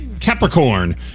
Capricorn